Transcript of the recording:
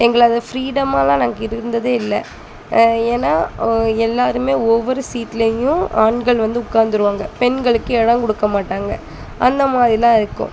எங்களை ஃப்ரீடமாலாம் நாங்கள் இருந்ததே இல்லை ஏன்னா எல்லாருமே ஒவ்வொரு சீட்லையும் ஆண்கள் வந்து உட்காந்துருவாங்க பெண்களுக்கு இடம் கொடுக்க மாட்டாங்கள் அந்த மாதிரிலாம் இருக்கும்